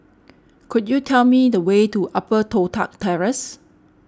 could you tell me the way to Upper Toh Tuck Terrace